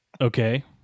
Okay